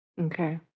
Okay